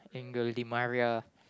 Angel-Di-Maria